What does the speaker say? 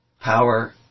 Power